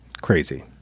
Crazy